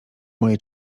moje